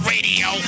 Radio